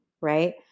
right